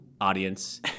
audience